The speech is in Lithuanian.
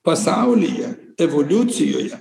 pasaulyje evoliucijoje